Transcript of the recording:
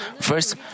First